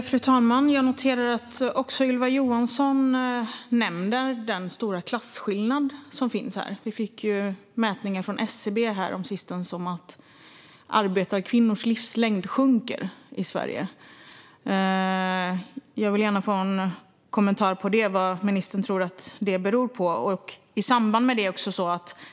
Fru talman! Jag noterar att också Ylva Johansson nämner den stora klasskillnad som finns här. Vi fick häromsistens mätningar från SCB om att arbetarkvinnors livslängd sjunker i Sverige. Jag vill gärna få en kommentar på det och höra vad ministern tror att det beror på.